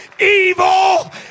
evil